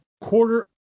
Quarter